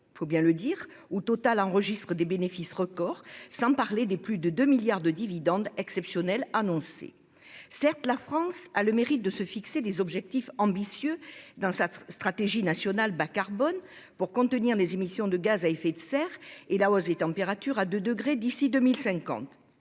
il faut le dire, TotalEnergies enregistre des bénéfices record, sans parler des plus de 2 milliards d'euros de dividendes exceptionnels annoncés. Certes, la France a le mérite de se fixer des objectifs ambitieux dans sa stratégie nationale bas-carbone pour contenir les émissions de gaz à effet de serre et la hausse des températures à 2 degrés d'ici à 2050.